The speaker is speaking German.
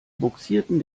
bugsieren